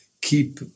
keep